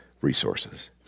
resources